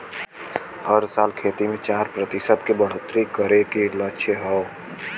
हर साल खेती मे चार प्रतिशत के बढ़ोतरी करे के लक्ष्य हौ